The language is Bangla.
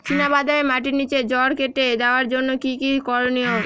চিনা বাদামে মাটির নিচে জড় কেটে দেওয়ার জন্য কি কী করনীয়?